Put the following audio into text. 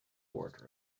wardrobe